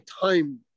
time